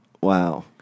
wow